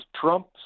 Trump